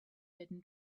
hidden